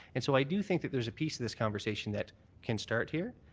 and so i do think that there's a piece of this conversation that can start here.